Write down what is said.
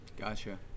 Gotcha